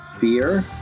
fear